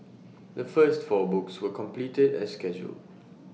the first four books were completed as scheduled